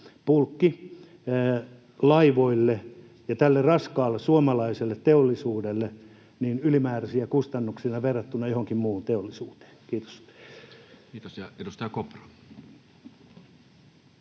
bulkkilaivoille ja tälle raskaalle suomalaiselle teollisuudelle ylimääräisiä kustannuksia verrattuna johonkin muuhun teollisuuteen. — Kiitos. [Speech 68]